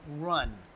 Run